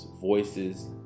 voices